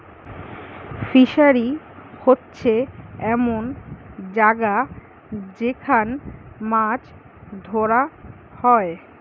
fishery হোচ্ছে এমন জাগা যেখান মাছ ধোরা হয়